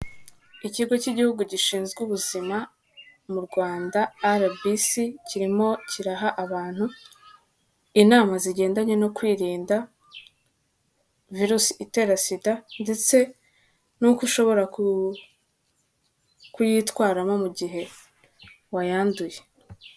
Ikigo cy'igihugu gishinzwe ubuzima mu rwanda Arabisi, kirimo kiraha abantu inama zigendanye no kwirinda virusi itera Sida ndetse n'uko ushobora kuyitwaramo mu gihe wayanduye.